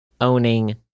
owning